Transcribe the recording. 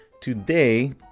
today